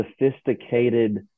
sophisticated